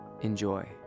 Enjoy